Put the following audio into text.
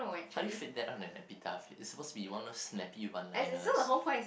how do you fit that on an epitaph it's suppose to be one of those snappy one liners